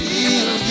Feel